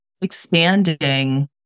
expanding